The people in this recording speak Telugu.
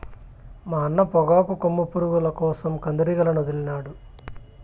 మా అన్న పొగాకు కొమ్ము పురుగుల కోసరం కందిరీగలనొదిలినాడు